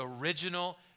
original